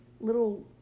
little